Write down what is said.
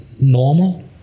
normal